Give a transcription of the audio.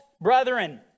brethren